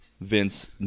Vince